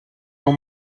non